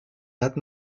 hatten